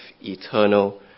eternal